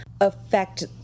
affect